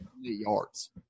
yards